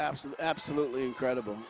absolute absolutely incredible